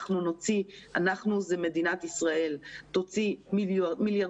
אנחנו אנחנו זאת מדינת ישראל תוציא מיליארדי